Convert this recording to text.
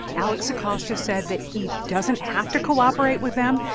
alex acosta said that he doesn't have to cooperate with them,